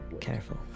careful